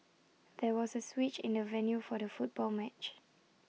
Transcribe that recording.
there was A switch in the venue for the football match